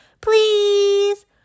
Please